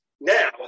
Now